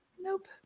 Nope